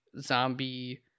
zombie